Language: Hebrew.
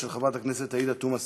של חברת הכנסת עאידה תומא סלימאן,